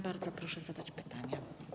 Bardzo proszę zadać pytania.